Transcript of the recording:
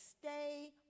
stay